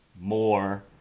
more